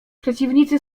przeciwnicy